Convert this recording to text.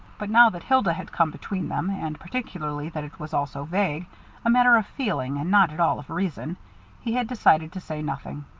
but now that hilda had come between them, and particularly that it was all so vague a matter of feeling, and not at all of reason he had decided to say nothing.